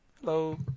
Hello